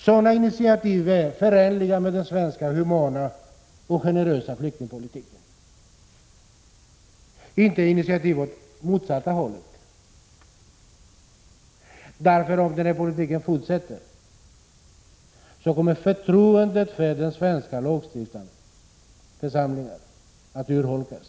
Sådana initiativ är förenliga med den svenska humana och generösa flyktingpolitiken, inte initiativ åt motsatta hållet. Om den här politiken fortsätter kommer förtroendet för den svenska lagstiftande församlingen att urholkas.